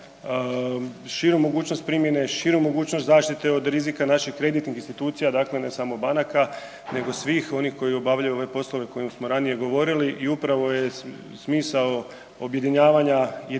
širu mogućnost primjene, širu mogućnost zaštite od rizika naših kreditnih institucija, dakle ne samo banaka, nego svih onih koji obavljaju ove poslove o kojima smo ranije govorili i upravo je smisao objedinjavanja jedinstvenog